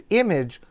image